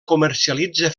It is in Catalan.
comercialitza